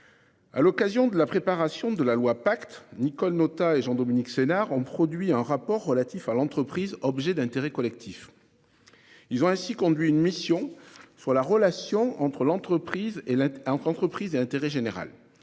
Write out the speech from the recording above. À l'occasion de la préparation de la loi pacte Nicole Notat et Jean-Dominique Senard ont produit un rapport relatif à l'entreprise. D'intérêt collectif. Ils ont ainsi conduit une mission sur la relation entre l'entreprise et là as entre